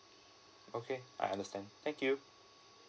okay I understand thank you